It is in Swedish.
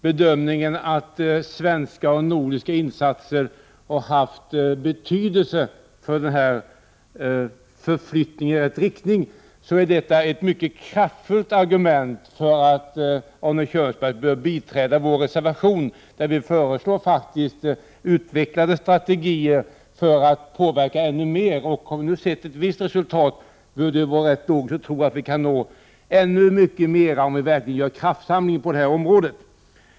Om nu svenska och nordiska insatser har haft betydelse för den här förflyttningen, är det ett mycket kraftfullt argument för Arne Kjörnsberg att biträda vår reservation, där vi faktiskt föreslår utvecklade strategier för att kunna påverka ännu mera. När vi nu sett ett visst resultat, borde vi kunna tro att vi kan nå ännu längre om vi verkligen gör en kraftsamling på detta område.